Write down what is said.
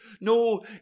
no